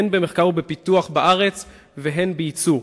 הן במחקר ובפיתוח בארץ והן ביצוא,